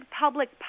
public